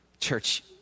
Church